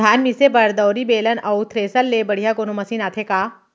धान मिसे बर दंवरि, बेलन अऊ थ्रेसर ले बढ़िया कोनो मशीन आथे का?